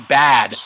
bad